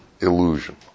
illusion